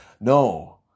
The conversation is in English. No